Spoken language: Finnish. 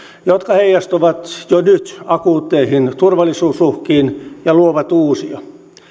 jotka heijastuvat jo nyt akuutteihin turvallisuusuhkiin ja luovat uusia